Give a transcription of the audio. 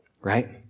right